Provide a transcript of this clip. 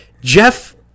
jeff